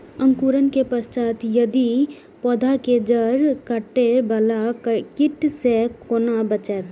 अंकुरण के पश्चात यदि पोधा के जैड़ काटे बाला कीट से कोना बचाया?